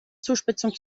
zuspitzung